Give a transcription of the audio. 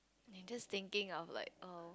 you just thinking of like oh